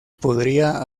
podría